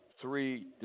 three